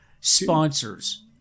sponsors